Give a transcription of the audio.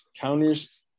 counters